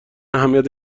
اهمیت